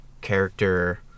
character